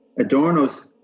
Adorno's